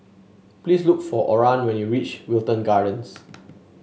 please look for Oran when you reach Wilton Gardens